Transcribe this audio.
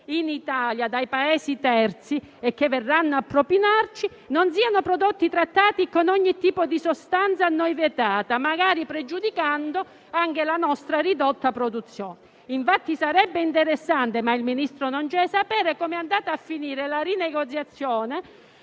in Italia dai Paesi terzi, e che verranno a propinarci, non siano trattati con ogni tipo di sostanza da noi vietata, magari pregiudicando anche la nostra ridotta produzione. Sarebbe interessante - ma il Ministro non c'è - sapere com'è andata a finire la rinegoziazione